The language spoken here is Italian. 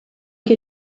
che